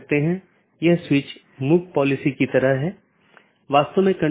संचार में BGP और IGP का role BGP border gateway protocol और IGP इंटरनेट गेटवे प्रोटोकॉल